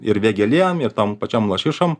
ir vėgėlėm ir tom pačiom lašišom